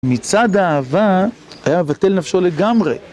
מצד האהבה, היה בטל נפשו לגמרי.